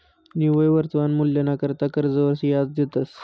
निव्वय वर्तमान मूल्यना करता कर्जवर याज देतंस